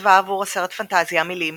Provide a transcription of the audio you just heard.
כתבה עבור הסרט פנטזיה מילים